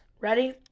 Ready